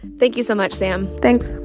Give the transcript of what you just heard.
thank you so much, sam thanks.